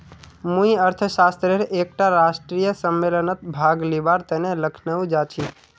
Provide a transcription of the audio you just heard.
मुई अर्थशास्त्रेर एकटा राष्ट्रीय सम्मेलनत भाग लिबार तने लखनऊ जाछी